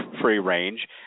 free-range